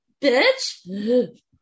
bitch